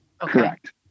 Correct